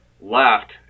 left